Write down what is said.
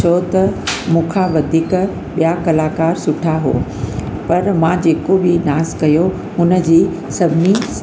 छो त मूंखां वधीक ॿिया कलाकार सुठा हुआ पर मां जेको बि डांस कयो उनजी सभिनी